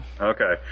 Okay